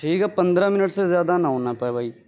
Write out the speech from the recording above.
ٹھیک ہے پندرہ منٹ سے زیادہ نہ ہونے پائے بھائی